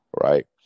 right